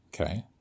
Okay